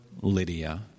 Lydia